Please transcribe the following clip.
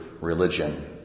religion